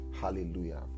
Hallelujah